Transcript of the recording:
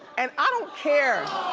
and i don't care.